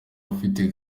ufite